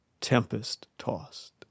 Tempest-tossed